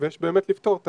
ויש באמת לפתור את